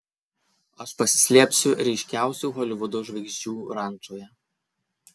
aš pasislėpsiu ryškiausių holivudo žvaigždžių rančoje